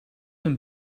een